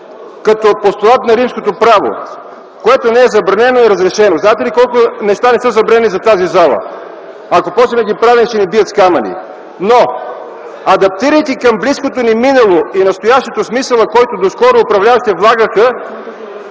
като постулат на римското право: „Което не е забранено, е разрешено”. Знаете ли колко неща не са забранени за тази зала? Ако почнем да ги правим, ще ни бият с камъни. (Шум и реплики.) Но адаптирайки към близкото ни минало и настоящето смисъла, който доскоро управляващите влагаха,